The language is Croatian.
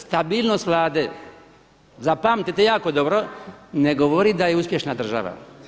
Stabilnost Vlade, zapamtite jako dobro ne govori da je uspješna država.